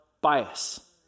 bias